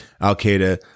al-Qaeda